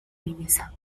belleza